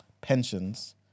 pensions